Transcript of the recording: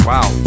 Wow